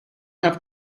have